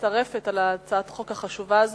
ומצטרפת להצעת חוק החשובה הזאת.